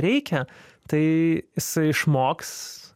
reikia tai jisai išmoks